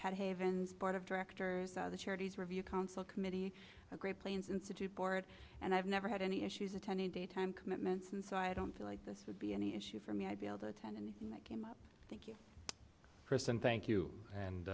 pat havens board of directors of the charities review council committee a great plains institute board and i've never had any issues attending daytime commitments and so i don't feel like this would be any issue for me i'd be able to attend anything that came up chris and thank you and